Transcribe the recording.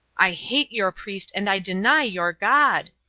i hate your priest and i deny your god!